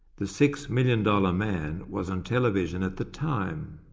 the six million dollar man, was on television at the time.